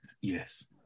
yes